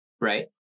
Right